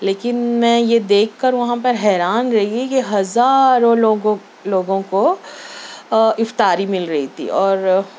لیکن میں یہ دیکھ کر وہاں پر حیران رہی کہ ہزاروں لوگو لوگوں کو افطاری مِل رہی تھی اور